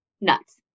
nuts